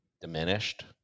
diminished